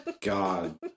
God